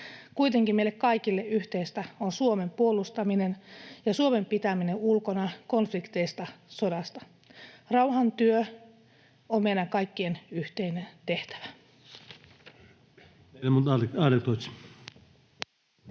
Kuitenkin meille kaikille yhteistä on Suomen puolustaminen ja Suomen pitäminen ulkona konflikteista, sodasta. Rauhantyö on meidän kaikkien yhteinen tehtävä.